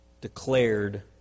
declared